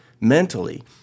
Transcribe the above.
mentally